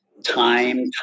time